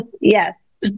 Yes